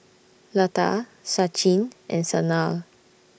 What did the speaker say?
Lata Sachin and Sanal